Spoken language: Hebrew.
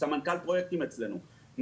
סמנכ"ל פרויקטים אצלנו,